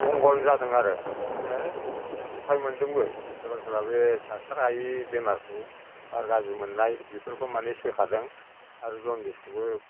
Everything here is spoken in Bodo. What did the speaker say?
मंगल जादों आरो आमफ्राय उफाय मोनदोंबो सोरबा सोरबा बे डाक्टार हायै बेमारखौ बार गाज्रि मोन्नाय बेफोरखौ माने सोखादों आरो जनदिसखौबो